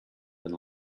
than